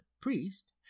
priest